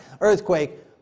Earthquake